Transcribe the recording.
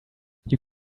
you